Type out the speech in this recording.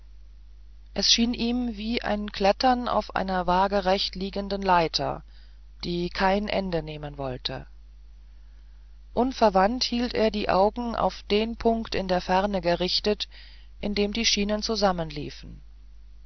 es erschien ihm wie klettern auf einer waagrecht liegenden leiter die kein ende nehmen wollte unverwandt hielt er die augen auf den punkt in der ferne gerichtet in dem die schienen zusammenliefen